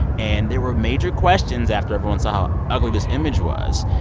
and there were major questions after everyone saw how ugly this image was.